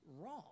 wrong